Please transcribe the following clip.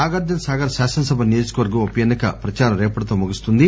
నాగార్జున సాగర్ శాసనసభ నియోజక వర్గం ఉప ఎన్ని క ప్రచారం రేపటితో ముగుస్తుంది